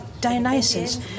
Dionysus